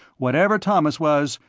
whatever thomas was,